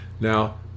Now